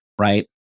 right